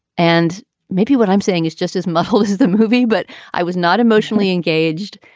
and maybe what i'm saying is just as mahoso as the movie, but i was not emotionally engaged.